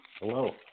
Hello